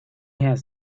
has